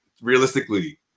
realistically